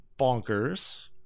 bonkers